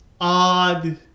odd